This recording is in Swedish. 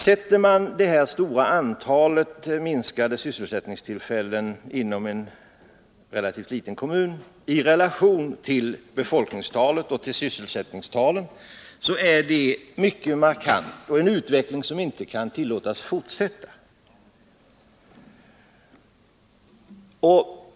Sätter man det stora antalet minskade sysselsättningstillfällen inom en relativt liten kommun i relation till befolkningstalet och sysselsättningstalet, är det givetvis mycket markant och en utveckling som inte kan tillåtas fortsätta.